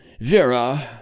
Vera